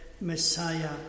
Messiah